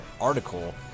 article